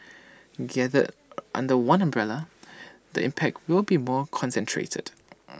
gathered under one umbrella the impact will be more concentrated